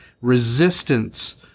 resistance